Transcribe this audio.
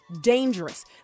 dangerous